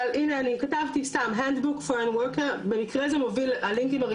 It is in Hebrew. במקרה הלינקים הראשונים מובילים ללינקים ישנים.